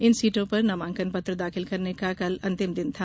इन सीटों पर नामांकन पत्र दाखिल करने का कल अंतिम दिन था